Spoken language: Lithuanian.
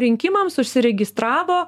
rinkimams užsiregistravo